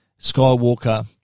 Skywalker